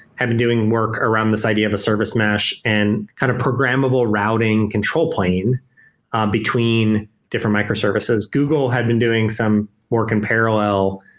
i've been doing work around this idea of the service mesh and kind of programmable routing control plane between different microservices. google had been doing some work in parallel.